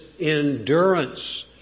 endurance